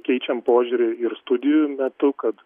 keičiam požiūrį ir studijų metu kad